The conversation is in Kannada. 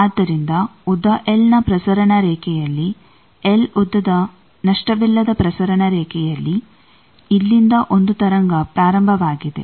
ಆದ್ದರಿಂದ ಉದ್ದ ಎಲ್ ನ ಪ್ರಸರಣ ರೇಖೆಯಲ್ಲಿ ಎಲ್ ಉದ್ದದ ನಷ್ಟವಿಲ್ಲದ ಪ್ರಸರಣ ರೇಖೆಯಲ್ಲಿ ಇಲ್ಲಿಂದ ಒಂದು ತರಂಗ ಪ್ರಾರಂಭವಾಗಿದೆ